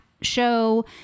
show